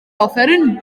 offeryn